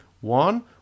One